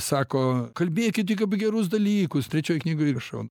sako kalbėkit tik apie gerus dalykus trečioj knygoj rašau